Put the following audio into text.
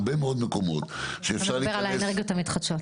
הרבה מאוד מקומות שאפשר --- אתה מדבר על האנרגיות המתחדשות.